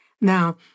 Now